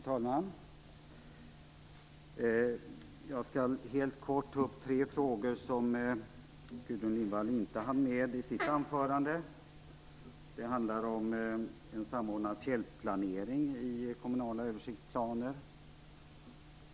Fru talman! Jag skall helt kort ta upp tre frågor som Gudrun Lindvall inte hann med i sitt anförande. Det handlar om en samordnad fjällplanering i kommunala översiktsplaner.